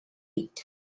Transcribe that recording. heat